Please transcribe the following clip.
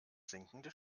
sinkende